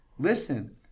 Listen